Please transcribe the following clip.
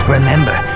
Remember